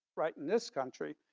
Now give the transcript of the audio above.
right in this country,